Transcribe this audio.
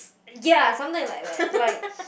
ya something like that like